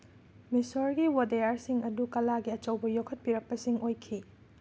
ꯃꯦꯁꯣꯔꯒꯤ ꯋꯗꯦꯌꯥꯔꯁꯤꯡ ꯑꯗꯨ ꯀꯂꯥꯒꯤ ꯑꯆꯧꯕ ꯌꯣꯛꯈꯠꯄꯤꯔꯛꯄꯁꯤꯡ ꯑꯣꯏꯈꯤ